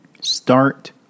start